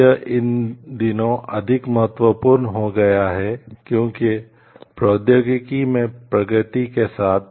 क्यों यह इन दिनों अधिक महत्वपूर्ण हो गया है क्योंकि प्रौद्योगिकी में प्रगति के साथ